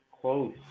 close